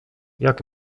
jak